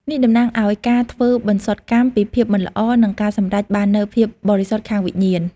នេះតំណាងឱ្យ ការធ្វីបន្សុតកម្មពីភាពមិនល្អ និងការសម្រេចបាននូវភាពបរិសុទ្ធខាងវិញ្ញាណ។